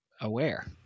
aware